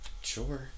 Sure